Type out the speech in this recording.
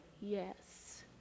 yes